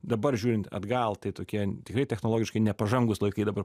dabar žiūrint atgal tai tokie tikrai technologiškai nepažangūs laikai dabar